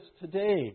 today